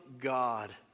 God